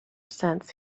sense